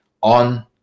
on